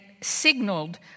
signaled